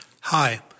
Hi